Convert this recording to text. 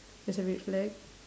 there's a red flag